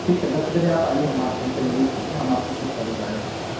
ٹھیک ہے دس بجے آپ آئیے ہم سے ملنے کے لیے ہم آپ کو بہت ساری گاڑیاں دکھائیں گے